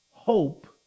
Hope